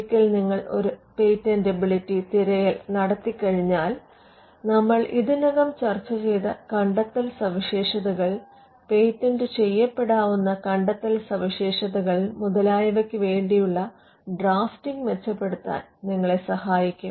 ഒരിക്കൽ നിങ്ങൾ ഒരു പേറ്റൻസിബിലിറ്റി തിരയൽ നടത്തിയാൽ നമ്മൾ ഇതിനകം ചർച്ച ചെയ്ത കണ്ടെത്തൽ സവിശേഷതകൾ പേറ്റന്റ് ചെയ്യപ്പെടാവുന്ന കണ്ടെത്തൽ സവിശേഷതകൾ മുതലായവക്ക് വേണ്ടിയുള്ള ഡ്രാഫ്റ്റിംഗ് മെച്ചപ്പെടുത്താൻ നിങ്ങൾക്ക് കഴിയും